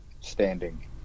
Standing